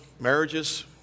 marriages